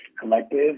collective